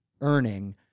earning